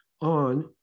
on